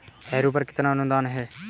Harrow पर कितना अनुदान है?